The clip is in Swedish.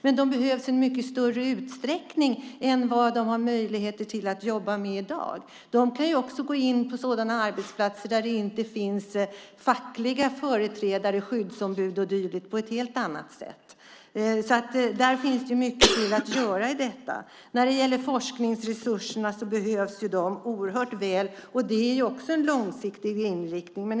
Men de behövs i mycket större utsträckning än vad de har möjligheter till att jobba i dag. De kan också gå in på sådana arbetsplatser där det inte finns fackliga företrädare, skyddsombud och dylikt på ett helt annat sätt. Där finns det mycket att göra. Forskningsresurserna behövs oerhört väl. Det är också en långsiktig inriktning.